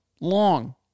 long